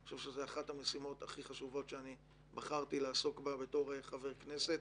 אני חושב שזו אחת המשימות הכי חשובות שבחרתי לעסוק בה בתור חבר כנסת,